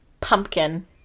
Pumpkin